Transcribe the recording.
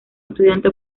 estudiante